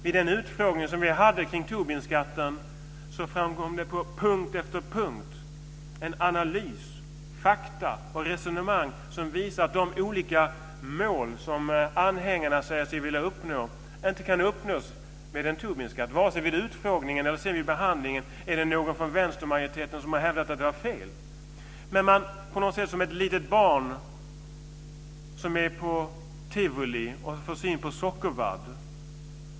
Vid den utfrågning som vi hade kring Tobinskatten framkom det på punkt efter punkt en analys, fakta och resonemang, om att de olika mål som anhängarna säger sig vilja uppnå inte kan uppnås med en Tobinskatt. Varken vid utfrågningen eller sedan vid behandlingen är det någon från vänstermajoriteten som har hävdat att detta är fel. Man är på något sätt som ett litet barn som är på tivoli och får syn på sockervadd.